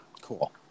Cool